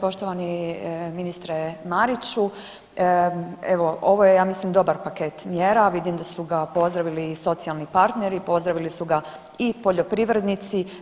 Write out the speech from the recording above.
Poštovani ministre Mariću, evo ovo je ja mislim dobar paket mjera, vidim da su ga pozdravili i socijalni partneri, pozdravili su ga i poljoprivrednici.